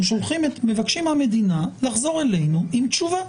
אנחנו מבקשים מהמדינה לחזור אלינו עם תשובה.